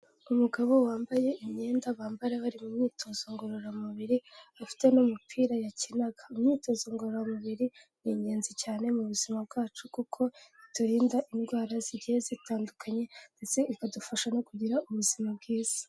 Umugabo wambaye imyenda bambara bari mu myitozo ngororamubiri afite n'umupira yakinaga, imyitozo ngororamubiri ni ingenzi cyane mu buzima bwacu kuko iturinda indwara zigiye zitandukanye ndetse ikadufasha no kugira ubuzima bwiza.